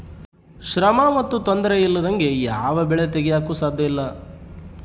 ಶ್ರಮ ಮತ್ತು ತೊಂದರೆ ಇಲ್ಲದಂಗೆ ಯಾವ ಬೆಳೆ ತೆಗೆಯಾಕೂ ಸಾಧ್ಯಇಲ್ಲ